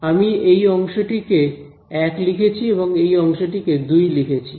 আমি এই অংশটি কে এক লিখেছি এবং এই অংশটি কে দুই লিখেছি